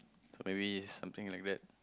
so maybe something like that